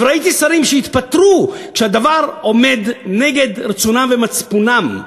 וראיתי שרים שהתפטרו כשהדבר עומד נגד רצונם ומצפונם,